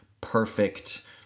perfect